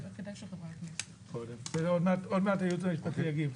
כדאי שחברי הכנסת --- עוד מעט הייעוץ המשפטי יגיב.